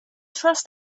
trust